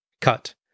Cut